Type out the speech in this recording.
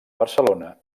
barcelona